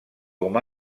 com